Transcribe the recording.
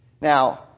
Now